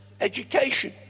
education